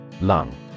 Lung